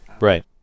Right